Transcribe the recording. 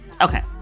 Okay